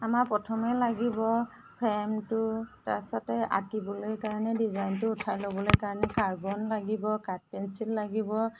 আমাৰ প্ৰথমেই লাগিব ফ্ৰেমটো তাৰ পিছতে আঁকিবলৈ কাৰণে ডিজাইনটো উঠাই ল'বলৈ কাৰণে কাৰ্বন লাগিব কাঠপেঞ্চিল লাগিব